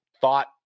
thought